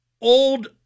old